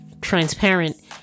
transparent